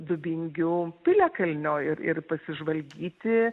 dubingių piliakalnio ir ir pasižvalgyti